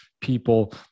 people